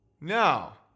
Now